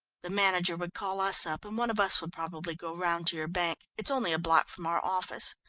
the manager would call us up and one of us would probably go round to your bank. it is only a block from our office.